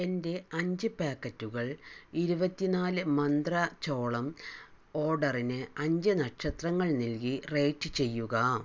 എന്റെ അഞ്ച് പാക്കറ്റുകൾ ഇരുപത്തിനാല് മന്ത്രാ ചോളം ഓഡറിന് അഞ്ച് നക്ഷത്രങ്ങൾ നൽകി റേറ്റ് ചെയ്യുക